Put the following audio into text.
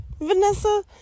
Vanessa